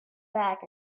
back